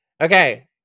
Okay